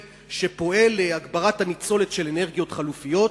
שפועל להגברת הניצולת של אנרגיות חלופיות